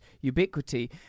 ubiquity